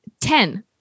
Ten